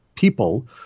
people